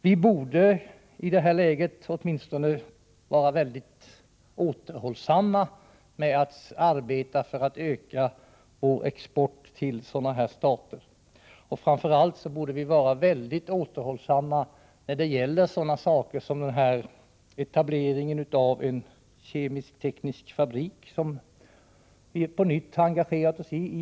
Vi borde i det här läget åtminstone vara mycket återhållsamma med att arbeta för att öka vår export till dessa stater. Framför allt borde vi vara återhållsamma när det gäller sådana saker som den etablering av en kemisk-teknisk fabrik i Iran som vi på nytt har engagerat oss i.